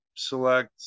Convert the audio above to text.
select